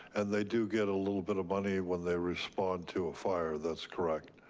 and they do get a little bit of money when they respond to a fire, that's correct,